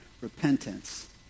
repentance